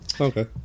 okay